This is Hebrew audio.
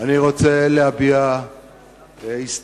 אני רוצה להביע הסתייגות,